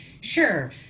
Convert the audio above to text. sure